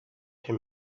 him